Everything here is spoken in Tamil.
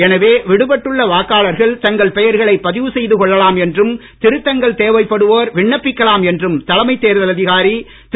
எனவே விடுபட்டுள்ள வாக்காளரக்ள் தங்கள் பெயர்களை பதிவு செய்து கொள்ளலாம் என்றும் திருத்தங்கள் தேவைப்படுவோர் விண்ணப்பிக்கலாம் என்றும் தலைமைத் தேர்தல் அதிகாரி திரு